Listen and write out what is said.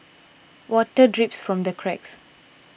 water drips from the cracks